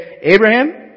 Abraham